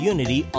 Unity